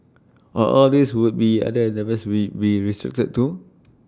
or all these would be be restricted too